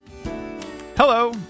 Hello